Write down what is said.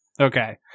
okay